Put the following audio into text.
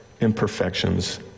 imperfections